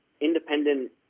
independent